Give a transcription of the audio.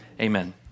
Amen